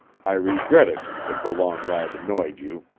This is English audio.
i regret it if the long ride annoyed you,